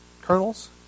kernels